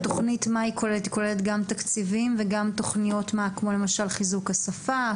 התוכנית כוללת גם תקציבים וגם תוכניות כמו למשל חיזוק השפה?